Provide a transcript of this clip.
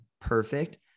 perfect